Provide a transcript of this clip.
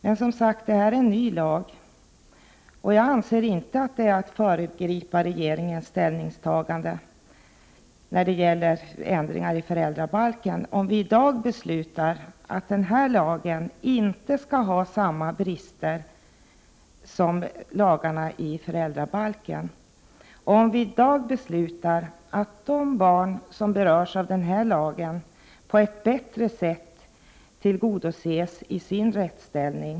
Men, som sagt, det här är en ny lag, och jag anser inte att det är att föregripa regeringens ställningstagande till förändringar i föräldrabalken, om vi i dag beslutar att den här lagen inte skall ha samma brister som lagarna i föräldrabalken, dvs. om vii dag beslutar att rättsställningen för de barn som berörs av den här lagen på ett bättre sätt skall tillgodoses.